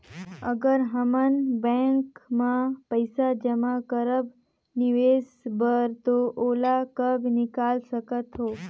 अगर हमन बैंक म पइसा जमा करब निवेश बर तो ओला कब निकाल सकत हो?